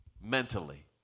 mentally